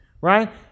right